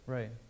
Right